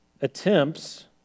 attempts